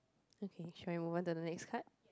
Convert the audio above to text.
okay shall I move on to the next card